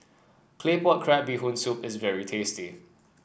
Claypot Crab Bee Hoon Soup is very tasty